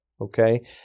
okay